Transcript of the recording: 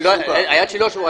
היד שלי לא שבורה.